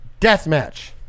Deathmatch